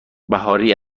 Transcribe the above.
بهاری